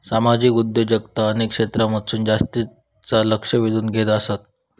सामाजिक उद्योजकता अनेक क्षेत्रांमधसून जास्तीचा लक्ष वेधून घेत आसा